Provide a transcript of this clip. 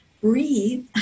breathe